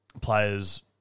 players